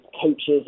coaches